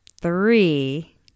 three